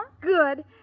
Good